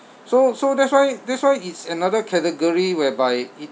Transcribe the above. so so that's why that's why it's another category whereby it